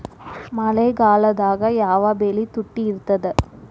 ಮಳೆಗಾಲದಾಗ ಯಾವ ಬೆಳಿ ತುಟ್ಟಿ ಇರ್ತದ?